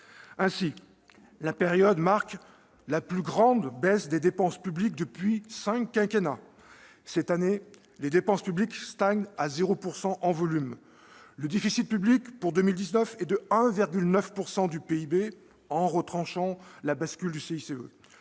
Ainsi, la période marque la plus grande baisse des dépenses publiques depuis cinq quinquennats : cette année, les dépenses publiques stagnent à 0 % en volume. Le déficit public pour 2019 est de 1,9 % du PIB, en retranchant la bascule du CICE